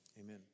Amen